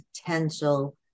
potential